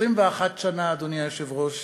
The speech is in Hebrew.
21 שנה, אדוני היושב-ראש,